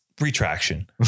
retraction